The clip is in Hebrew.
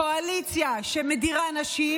קראת את החוק?